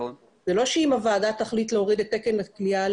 זה לא שאם הוועדה תחליט להוריד את תקן הכליאה